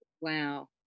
wow